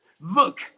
Look